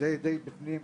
די בפנים.